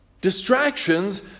distractions